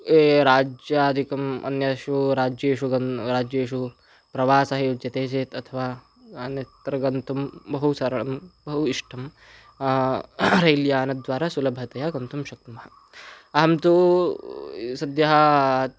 ये राज्यादिकम् अन्येषु राज्येषु गन्तुं राज्येषु प्रवासः युज्यते चेत् अथवा अन्यत्र गन्तुं बहु सरळं बहु इष्टं रैल् यानद्वारा सुलभतया गन्तुं शक्नुमः अहं तु सद्यः